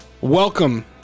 Welcome